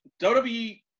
WWE